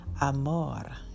amor